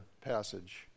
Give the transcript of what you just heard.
passage